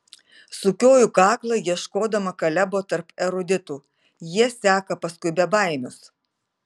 sukioju kaklą ieškodama kalebo tarp eruditų jie seka paskui bebaimius